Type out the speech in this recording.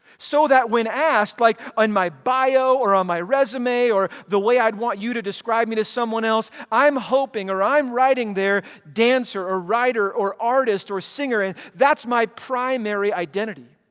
so that when asked, like on my bio or on my resume or the way i'd want you to describe me to someone else, i'm hoping or or i'm writing there, dancer or writer or artist or singer, and that's my primary identity.